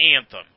anthem